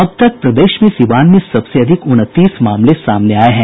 अब तक प्रदेश में सिवान में सबसे अधिक उनतीस मामले सामने आये हैं